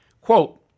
Quote